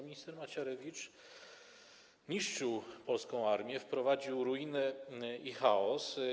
Minister Macierewicz niszczył polską armię, doprowadził do ruiny i chaosu.